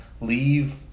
leave